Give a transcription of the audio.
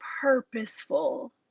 purposeful